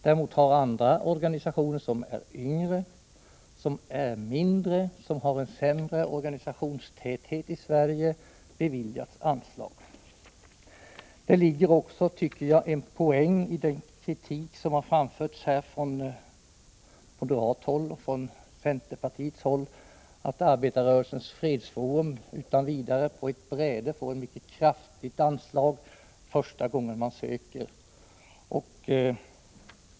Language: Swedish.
Däremot har andra organisationer, som är yngre, mindre och har en sämre organisationstäthet i Sverige, beviljats anslag. Det ligger en poäng i den kritik som här har framförts från moderat och centerpartistiskt håll mot att Arbetarrörelsens fredsforum utan vidare, på ett bräde, får ett mycket kraftigt anslag första gången man ansöker om bidrag.